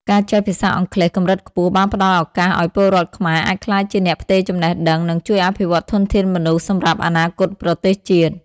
ការចេះភាសាអង់គ្លេសកម្រិតខ្ពស់បានផ្តល់ឱកាសឱ្យពលរដ្ឋខ្មែរអាចក្លាយជាអ្នកផ្ទេរចំណេះដឹង និងជួយអភិវឌ្ឍធនធានមនុស្សសម្រាប់អនាគតប្រទេសជាតិ។